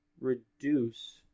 reduce